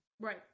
Right